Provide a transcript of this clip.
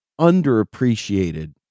underappreciated